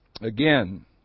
again